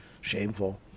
shameful